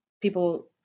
People